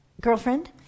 girlfriend